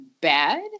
bad